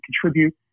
contribute